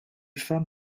femmes